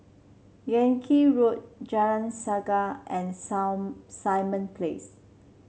Yan Kit Road Jalan Sungei and Simon Place